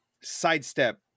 sidestep